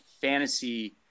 fantasy